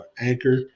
Anchor